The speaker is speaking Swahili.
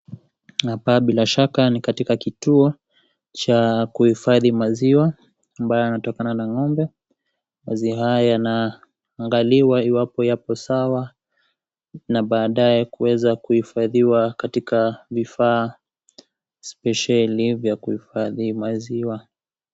Hapa bila shaka ni kituo cha kuhifadhi maziwa ambayo yanatokana na ngombe. Maziwa haya yanaangaliwa iwapo yapo sawa na baadae kuweza kuhifadhiwa katika vifaa spesheli vya kuhifadhi maziwa.